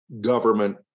government